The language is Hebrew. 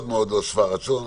מאוד מאוד לא שבע רצון.